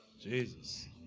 Jesus